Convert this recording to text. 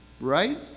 Right